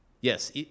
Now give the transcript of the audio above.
Yes